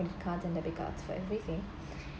card and debit card for everything